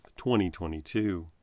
2022